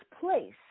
place